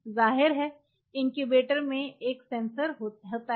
ज़ाहिर है इनक्यूबेटर में एक सेंसर है